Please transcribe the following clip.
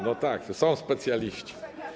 No tak, tu są specjaliści.